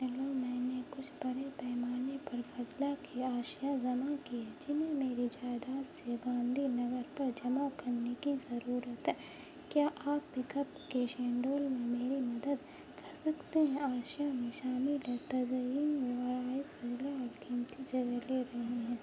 hello میں نے کچھ بڑے پیمانے پر فضلہ کی اشیاء جمع کی ہیں جنہیں میری جائیداد سے گاندھی نگر پر جمع کرنے کی ضرورت ہے کیا آپ پک اپ کے شینڈول میں میری مدد کر سکتے ہیں اشیاء میں شامل ہے تزئین و آرائش فضلہ اور قیمتی جگہ لے رہے ہیں